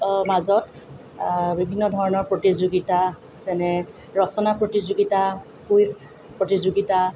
মাজত বিভিন্ন ধৰণৰ প্ৰতিযোগিতা যেনে ৰচনা প্ৰতিযোগিতা কুইজ প্ৰতিযোগিতা